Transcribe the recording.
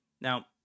now